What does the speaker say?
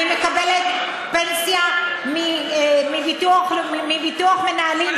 אני מקבלת פנסיה מביטוח מנהלים,